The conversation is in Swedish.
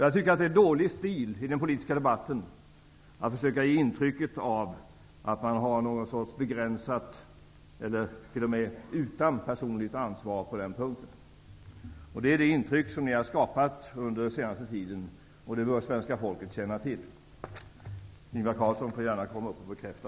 Jag tycker att det är dålig stil i den politiska debatten att försöka ge ett intryck av att man har en sorts begränsat ansvar, eller t.o.m. inte något personligt ansvar, på den punkten. Det är det intryck som ni under den senaste tiden har skapat, och det bör svenska folket känna till. Ingvar Carlsson får gärna gå upp och bekräfta.